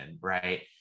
right